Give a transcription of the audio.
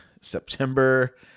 September